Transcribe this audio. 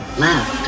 left